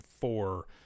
four